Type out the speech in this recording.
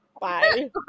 bye